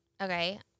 Okay